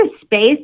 space